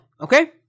okay